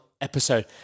episode